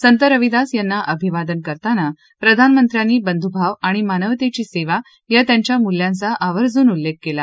संत रविदास यांना अभिवादन करताना प्रधानमंत्र्यांनी बंधुभाव आणि मानवतेची सेवा या त्यांच्या मूल्यांचा आवर्जून उल्लेख केला